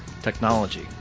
technology